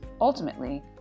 Ultimately